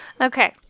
Okay